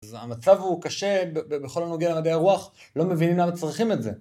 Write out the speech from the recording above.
המצב הוא קשה בכל הנוגע למדעי הרוח, לא מבינים למה צריכים את זה.